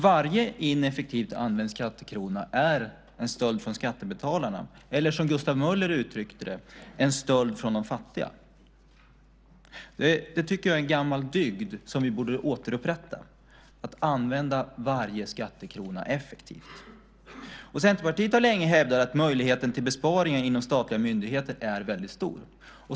Varje ineffektivt använd skattekrona är en stöld från skattebetalarna, eller som Gustav Möller uttryckte det, en stöld från de fattiga. Det tycker jag är en gammal dygd som vi borde återupprätta och använda varje skattekrona effektivt. Centerpartiet har länge hävdat att möjligheten till besparingar inom statliga myndigheter är väldigt stor.